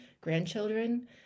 grandchildren